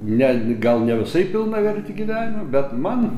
netgi gal ne visai pilnavertį gyvenimą bet man